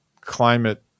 climate